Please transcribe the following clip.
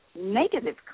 negative